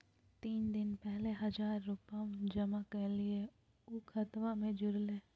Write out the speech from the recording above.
तीन दिन पहले हजार रूपा जमा कैलिये, ऊ खतबा में जुरले?